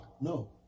No